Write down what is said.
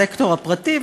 בסקטור הפרטי,